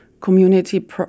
community